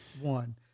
One